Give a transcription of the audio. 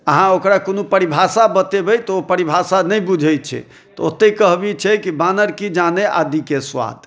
अहाँ ओकरा कओनो परिभाषा बतेबै तऽ ओ परिभाषा नहि बुझैत छै तऽ ओतऽ कहबी छै की बानर की जाने आदिके स्वाद